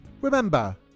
Remember